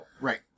Right